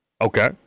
Okay